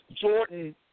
Jordan